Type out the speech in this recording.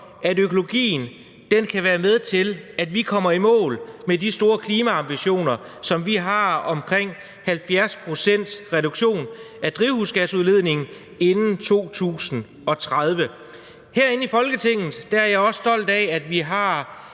at økologien kan være med til, at vi kommer i mål med de store klimaambitioner, som vi har omkring 70-procentsreduktion af drivhusgasudledning inden 2030. Herinde i Folketinget er jeg også stolt af, at vi har